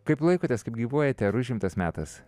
kaip laikotės kaip gyvuojate ar užimtas metas